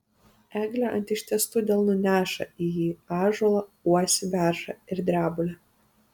eglė ant ištiestų delnų neša į jį ąžuolą uosį beržą ir drebulę